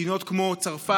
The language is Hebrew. מדינות כמו צרפת,